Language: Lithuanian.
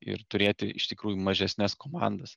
ir turėti iš tikrųjų mažesnes komandas